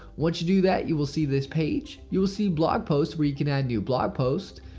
once you do that you will see this page. you will see blog posts where you can add new blog posts.